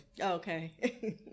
okay